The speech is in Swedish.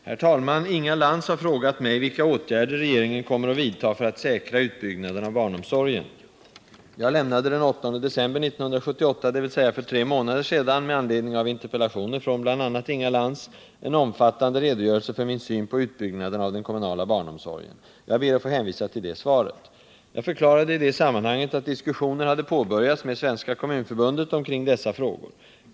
Herr talman! Inga Lantz har frågat mig vilka åtgärder regeringen kommer att vidta för att säkra utbyggnaden av barnomsorgen. Jag lämnade den 8 december 1978, dvs. för tre månader sedan, med anledning av interpellationer från bl.a. Inga Lantz en omfattande redogörelse för min syn på utbyggnaden av den kommunala barnomsorgen. Jag ber att få hänvisa till det svaret. Jag förklarade i det sammanhanget att diskussioner hade påbörjats med Svenska kommunförbundet om dessa frågor.